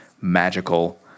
magical